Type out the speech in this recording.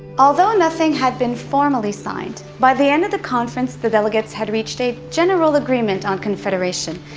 although nothing had been formally signed, by the end of the conference the delegates had reached a general agreement on confederation,